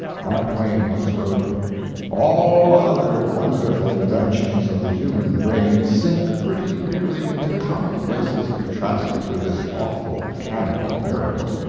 mark twain once wrote all other wonderful inventions of the human brain sink pretty nearly into commonplaces contrasted with this awful, mechanical miracle.